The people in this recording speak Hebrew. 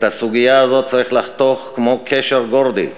את הסוגיה הזאת צריך לחתוך כמו קשר גורדי.